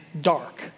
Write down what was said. dark